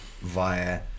via